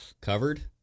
covered